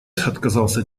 отказался